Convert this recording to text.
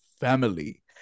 family